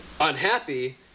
unhappy